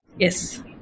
Yes